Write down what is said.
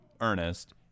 Ernest